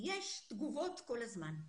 יש תגובות כל הזמן.